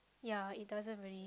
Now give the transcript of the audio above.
ya it doesn't really